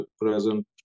present